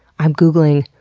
i'm googling,